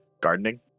Gardening